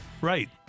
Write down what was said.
right